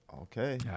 okay